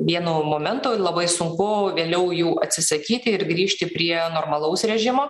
vienu momentu labai sunku vėliau jų atsisakyti ir grįžti prie normalaus režimo